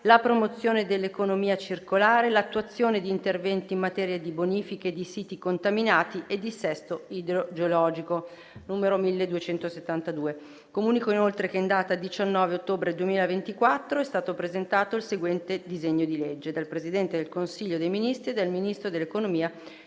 la promozione dell’economia circolare, l’attuazione di interventi in materia di bonifiche di siti contaminati e dissesto idrogeologico» (1272). In data 19 ottobre 2024 è stato presentato il seguente disegno di legge: dal Presidente del Consiglio dei ministri e dal Ministro dell’economia